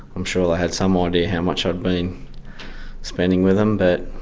i'm sure they had some idea how much i'd been spending with them. but